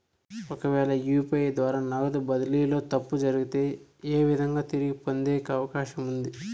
ఒకవేల యు.పి.ఐ ద్వారా నగదు బదిలీలో తప్పు జరిగితే, ఏ విధంగా తిరిగి పొందేకి అవకాశం ఉంది?